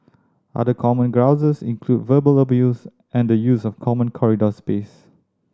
other common grouses include verbal abuse and the use of common corridor space